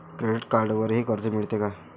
Credit कार्डवरही कर्ज मिळते का?